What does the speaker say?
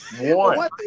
One